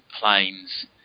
planes